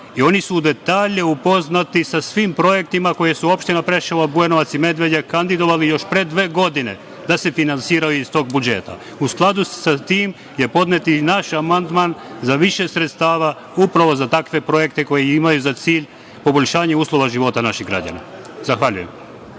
i oni su u detalje upoznati sa tim projektima koje su opštine Preševo, Bujanovac i Medveđa kandidovali još pre dve godine, da se finansiraju iz tog budžeta. U skladu sa tim je podnet i naš amandman za više sredstava upravo za takve projekte koji imaju za cilj poboljšanje uslova života naših građana. Zahvaljujem.